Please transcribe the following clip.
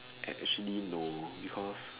additionally no because